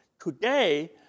Today